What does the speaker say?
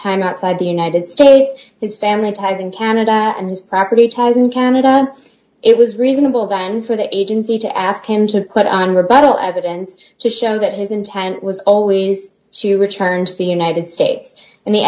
time outside the united states his family ties in canada and his property ties in canada it was reasonable then for the agency to ask him to put on rebuttal evidence to show that his intent was always to return to the united states and the